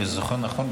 אם אני זוכר נכון,